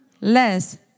less